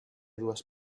dues